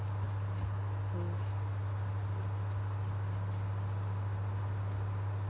mm